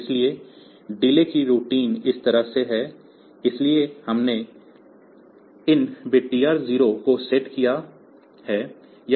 इसलिए डिले की रूटीन इस तरह से है इसलिए हमने इस बिट TR0 को सेट किया है